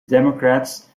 democrats